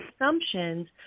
assumptions